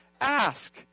Ask